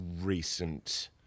recent